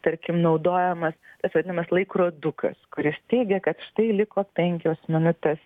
tarkim naudojamas tas vadinamas laikrodukas kuris teigia kad štai liko penkios minutės